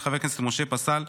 של חבר הכנסת משה פסל,